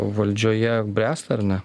valdžioje bręsta ar ne